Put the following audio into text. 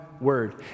word